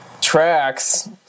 tracks